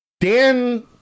Dan